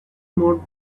more